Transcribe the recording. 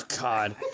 God